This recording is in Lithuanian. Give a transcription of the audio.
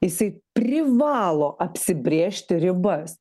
jisai privalo apsibrėžt ribas